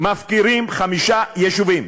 מפקירים חמישה יישובים.